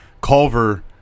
Culver